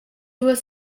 was